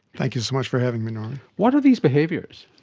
thank you so much for having me norman. what are these behaviours?